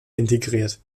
integriert